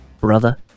brother